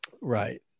Right